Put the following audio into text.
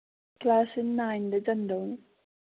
ꯀ꯭ꯂꯥꯁꯁꯤ ꯅꯥꯏꯟꯗ ꯆꯟꯗꯧꯅꯤ